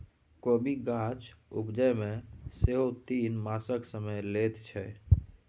कोबीक गाछ उपजै मे सेहो तीन मासक समय लैत छै